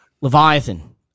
Leviathan